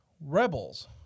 Rebels